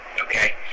okay